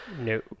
No